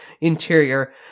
interior